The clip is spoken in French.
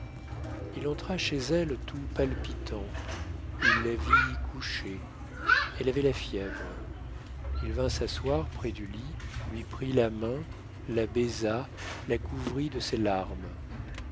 il entra chez elle tout palpitant il la vit couchée elle avait la fièvre il vint s'asseoir près du lit lui prit la main la baisa la couvrit de ses larmes